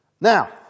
Now